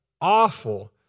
awful